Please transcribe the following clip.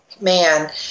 man –